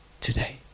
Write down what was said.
today